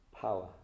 power